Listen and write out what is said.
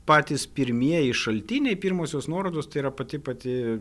patys pirmieji šaltiniai pirmosios nuorodos tai yra pati pati